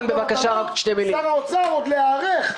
שר האוצר עוד צריך להיערך.